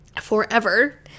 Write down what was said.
forever